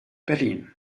berlin